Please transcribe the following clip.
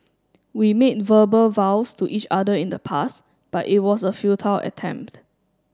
we made verbal vows to each other in the past but it was a futile attempt